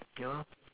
yeah